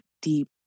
deep